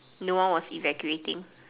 no one was evacuating